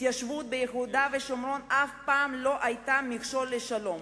ההתיישבות ביהודה ושומרון אף פעם לא היתה מכשול לשלום.